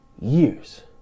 years